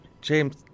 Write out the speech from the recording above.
James